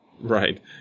right